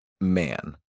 man